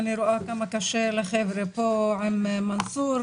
אני רואה כמה קשה לחבר'ה פה עם מנסור,